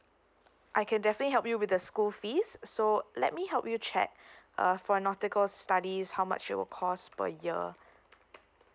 I can definitely help you with the school fees so let me help you check uh for nautical studies how much it will cost per year